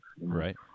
Right